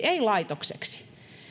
ei laitokseksi